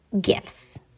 gifts